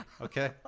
Okay